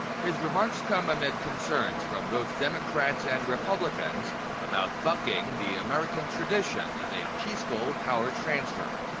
his remarks come amid concerns from both democrats and republicans about bucking the american tradition of a peaceful power transfer.